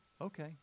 okay